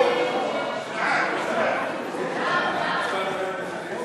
לתיקון פקודת בתי-הסוהר (ביקור איש דת),